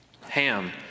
Ham